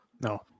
No